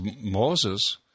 Moses